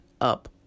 up